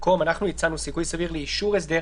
אנחנו הצענו לכתוב "סיכוי סביר לאישור הסדר",